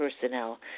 personnel